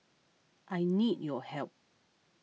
I need your help